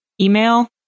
email